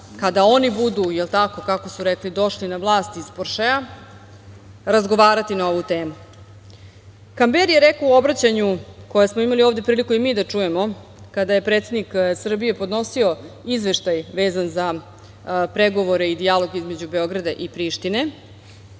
kada oni budu, kako su rekli, došli na vlast iz poršea, razgovarati na ovu temu. Kamberi je rekao u obraćanju, koje smo imali ovde priliku i mi da čujemo kada je predsednik Srbije podnosio Izveštaj vezan za pregovore i dijalog između Beograda i Prištine,